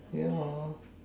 ya